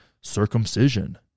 circumcision